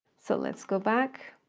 so let's go back.